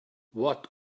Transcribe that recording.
what